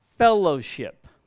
Fellowship